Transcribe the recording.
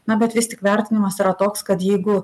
na bet vis tik vertinimas yra toks kad jeigu